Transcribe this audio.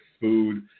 food